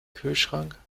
kühlschrank